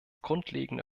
grundlegende